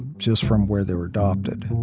just from where they were adopted.